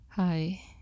hi